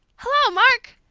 hello, mark!